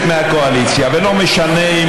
טלב אבו עראר, אמיר אוחנה.